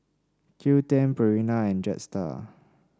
Qoo ten Purina and Jetstar